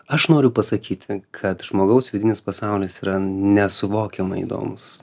aš noriu pasakyti kad žmogaus vidinis pasaulis yra nesuvokiamai įdomūs